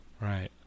right